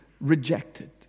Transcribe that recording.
rejected